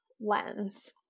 lens